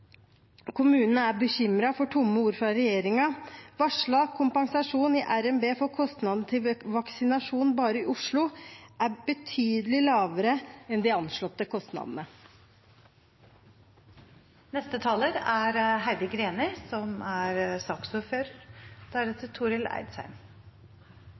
er bekymret for tomme ord fra regjeringen. Varslet kompensasjon i RNB for kostnaden ved vaksinasjon bare i Oslo er betydelig lavere enn de anslåtte kostnadene. Kommunene har et stort ansvarsområde, og et av dem er